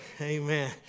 amen